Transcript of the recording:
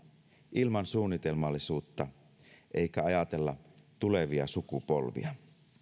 ilman suunnitelmallisuutta eikä ajatella tulevia sukupolvia